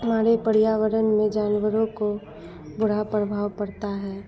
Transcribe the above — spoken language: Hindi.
हमारे परियावरण में जानवरों को बुरा प्रभाव पड़ता है